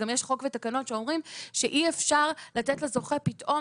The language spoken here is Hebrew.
גם יש חוק ותקנות שאומרים שאי אפשר לתת לזוכה פתאום